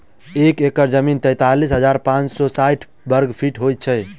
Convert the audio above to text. एक एकड़ जमीन तैँतालिस हजार पाँच सौ साठि वर्गफीट होइ छै